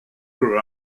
grew